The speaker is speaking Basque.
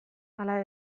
ala